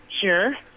Sure